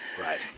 Right